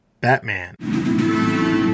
Batman